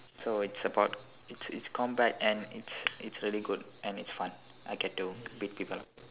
so it's about it's it's combat and it's it's really good and it's fun I get to beat people up